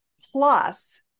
plus